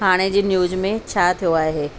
हाणे जी न्यूज़ में छा थियो आहे